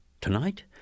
Tonight